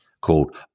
called